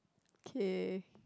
okay